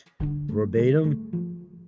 Verbatim